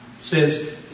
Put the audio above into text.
says